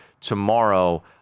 tomorrow